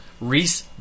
Reese